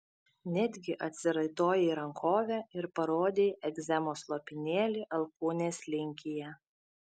netgi atsiraitojai rankovę ir parodei egzemos lopinėlį alkūnės linkyje